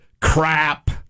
crap